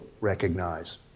recognize